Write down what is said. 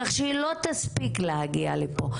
כך שהיא לא תספיק להגיע לפה,